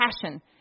passion